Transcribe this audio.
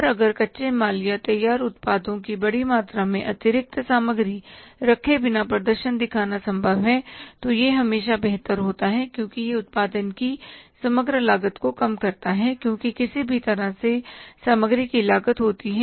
और अगर कच्चे माल या तैयार उत्पादों की बड़ी मात्रा में अतिरिक्त सामग्री रखे बिना प्रदर्शन दिखाना संभव है तो यह हमेशा बेहतर होता है क्योंकि यह उत्पादन की समग्र लागत को कम करता है क्योंकि किसी भी तरह से सामग्री की लागत होती है